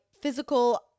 physical